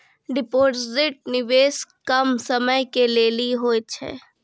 Deposit निवेश कम समय के लेली होय छै?